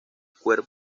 cuerpo